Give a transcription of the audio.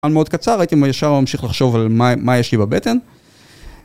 זמן מאוד קצר, הייתי ישר ממשיך לחשוב על מה יש לי בבטן.